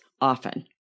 often